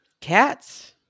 Cats